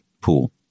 pool